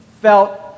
felt